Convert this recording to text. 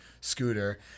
scooter